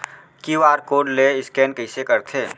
QR code ले scan कइसे करथे?